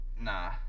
Nah